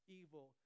evil